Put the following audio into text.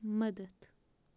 مَدتھ